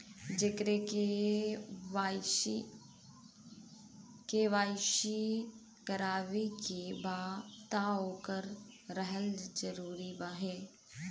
जेकर के.वाइ.सी करवाएं के बा तब ओकर रहल जरूरी हे?